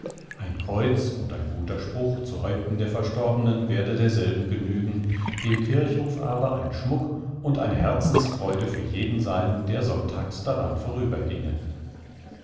ein kreuz und ein guter spruch zu häupten der verstorbenen werde derselben genügen dem kirchhof aber ein schmuck und eine herzensfreude für jeden sein der sonntags daran vorüberginge